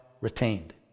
retained